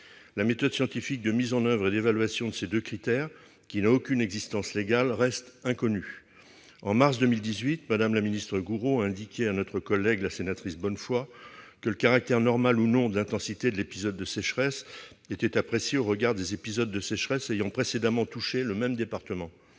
La méthode scientifique de mise en oeuvre et d'évaluation de ces deux critères, qui n'a aucune existence légale, reste inconnue. En mars 2018, Mme la ministre Gourault a indiqué à notre collègue Nicole Bonnefoy que le caractère normal ou non de l'intensité de l'épisode de sécheresse était apprécié au regard des épisodes de sécheresse ayant précédemment touché le même département.